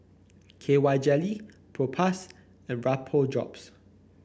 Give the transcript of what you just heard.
K Y Jelly Propass and Vapodrops